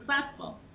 successful